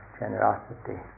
generosity